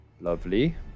Lovely